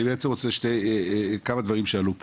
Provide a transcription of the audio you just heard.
אני רוצה התייחסות שלכם לכמה דברים שעלו פה.